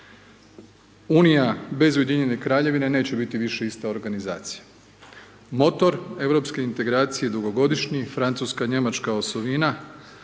Unija bez Ujedinjene Kraljevine neće biti više ista organizacija. Motor Europske integracije dugogodišnji Francuska, Njemačka osovina